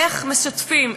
איך משתפים?